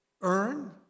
earn